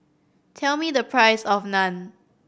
tell me the price of Naan